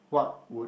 what would